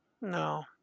No